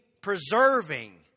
preserving